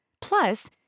Plus